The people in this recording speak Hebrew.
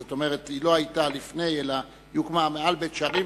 זאת אומרת היא לא היתה לפני אלא היא הוקמה מעל בית-שערים,